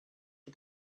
for